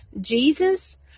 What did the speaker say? Jesus